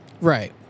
Right